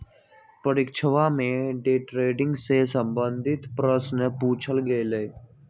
परीक्षवा में day trading से संबंधित प्रश्न पूछल गय लय